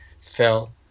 fell